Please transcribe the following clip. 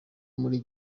muri